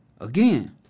again